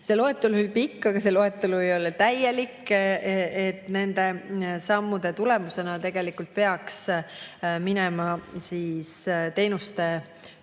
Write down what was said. See loetelu oli pikk, aga see loetelu ei ole täielik. Nende sammude tulemusena tegelikult peaks minema siis teenuste